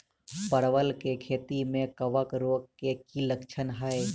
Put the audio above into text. परवल केँ खेती मे कवक रोग केँ की लक्षण हाय?